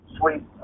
sweet